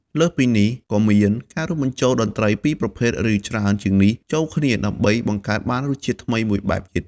លើសពីនេះ ក៏មាន ការរួមបញ្ចូលតន្ត្រីពីរប្រភេទ ឬ ច្រើនជាងនេះ ចូលគ្នា ដើម្បី បង្កើតបានរសជាតិថ្មីមួយបែបទៀត។